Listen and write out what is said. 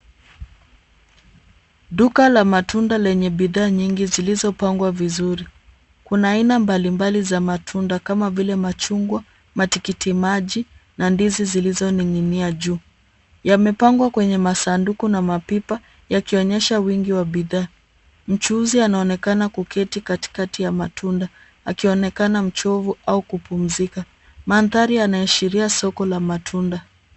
Duka la matunda lenye bidhaa nyingi zilizopangwa vizuri. Kuna aina mbalimbali ya matunda kama vile machungwa, matikitimaji na ndizi zilizoning'nia juu. Yamepangwa kwenye masanduku na mapipa yakionyesha wingi wa bidhaa. Mchuuzi anaonekana kuketi katikati ya matunda akioonekana mchovu au kupumzika. Mandhari yanaashiria soko ya matunda.